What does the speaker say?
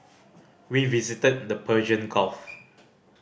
we visited the Persian Gulf